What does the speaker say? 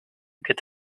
get